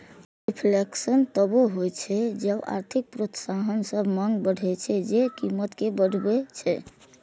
reflation तबो होइ छै जब आर्थिक प्रोत्साहन सं मांग बढ़ै छै, जे कीमत कें बढ़बै छै